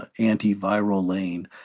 ah antiviral lane,